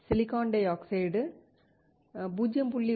silicon dioxide 0